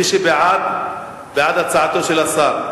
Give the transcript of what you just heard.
מי שבעד, בעד הצעתו של המציע.